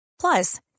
Plus